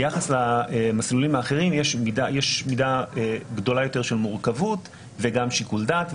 ביחס למסלולים האחרים יש מידה גדולה יותר של מורכבות וגם שיקול דעת,